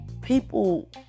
people